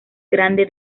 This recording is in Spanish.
grande